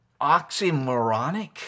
oxymoronic